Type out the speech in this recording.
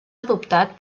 adoptat